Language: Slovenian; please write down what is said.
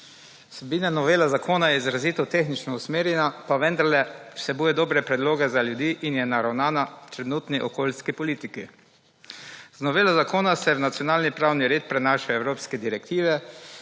Vsebina novele zakona je izrazito tehnično usmerjena, pa vendarle vsebuje dobre predloge za ljudi in je naravnana trenutni okoljski politiki. Z novelo zakona se v nacionalni pravni red prenašajo evropske direktive